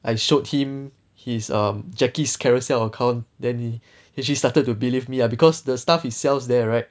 I showed him his err jacky's Carousell account then he actually started to believe me lah because the stuff he sells there right